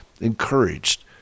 encouraged